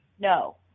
No